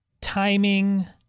timing